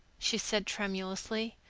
she said tremulously.